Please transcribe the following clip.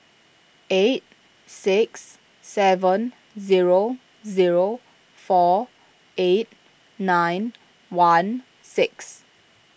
eight six seven zero zero four eight nine one six